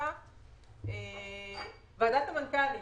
ועדת המנכ"לים